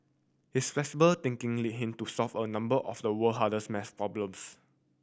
his flexible thinking lead him to solve a number of the world hardest maths problems